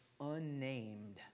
unnamed